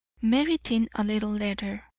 meriting a little letter.